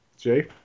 Jay